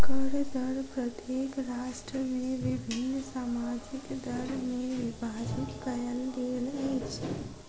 कर दर प्रत्येक राष्ट्र में विभिन्न सामाजिक दर में विभाजित कयल गेल अछि